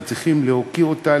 צריכים להוקיע אותה,